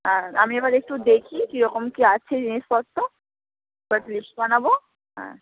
আর আমি এবার একটু দেখি কী রকম কী আছে জিনিসপত্র এবার লিস্ট বানাবো হ্যাঁ